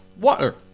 Water